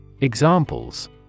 Examples